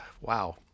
Wow